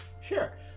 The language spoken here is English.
Sure